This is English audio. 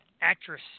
actress